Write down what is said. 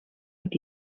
mit